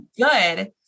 good